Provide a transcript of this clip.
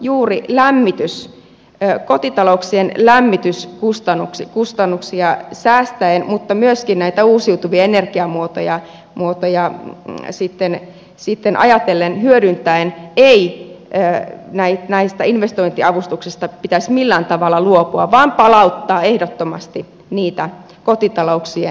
juuri ajatellen kotitalouksien lämmityskustannuksien säästämistä mutta myöskin että uusiutuvia energiamuotoja muotoja olla sitten ne uusiutuvien energiamuotojen hyödyntämistä ei näistä investointiavustuksista pitäisi millään tavalla luopua vaan palauttaa ehdottomasti niitä kotitalouksien käytettäväksi